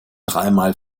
dreimal